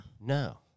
No